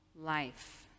life